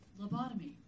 Lobotomy